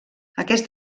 aquest